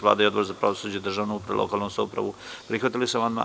Vlada i Odbor za pravosuđe, državnu upravu i lokalnu samoupravu prihvatili su amandman.